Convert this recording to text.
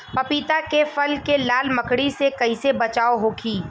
पपीता के फल के लाल मकड़ी से कइसे बचाव होखि?